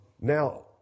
Now